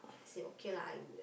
I say okay lah I